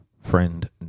friend